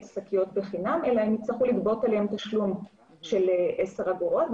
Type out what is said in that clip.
שקיות בחינם אלא הם יצטרכו לגבות עליהן תשלום של 10 אגורות,